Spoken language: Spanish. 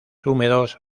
húmedos